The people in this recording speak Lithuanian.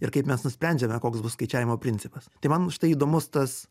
ir kaip mes nusprendžiame koks bus skaičiavimo principas tai man štai įdomus tas